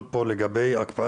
מבני העדה